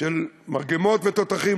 של מרגמות ותותחים,